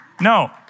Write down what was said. No